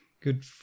good